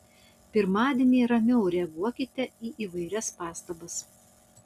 pirmadienį ramiau reaguokite į įvairias pastabas